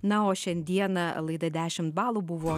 na o šiandieną laida dešimt balų buvo